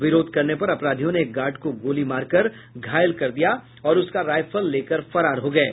विरोध करने पर अपराधियों ने एक गार्ड को गोली मारकर घायल कर दिया और उसका रायफल लेकर फरार हो गये